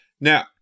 Now